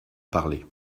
parler